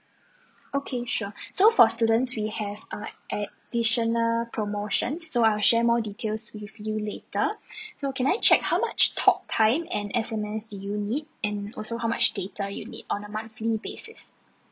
okay sure so for students we have a additional promotions so I'll share more details with you later so can I check how much talk time and S_M_S do you need and also how much data you need on a monthly basis